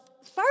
first